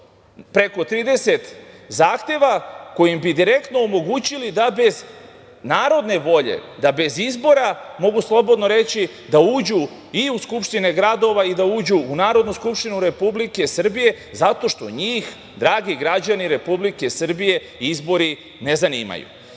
preko 30 zahteva koji bi direktno omogući da bez narodne volje, da bez izbora, mogu slobodno reći, uđu u skupštine gradove i u Narodnu skupštinu Republike Srbije zato što njih, dragi građani Republike Srbije, ne zanimaju. Mene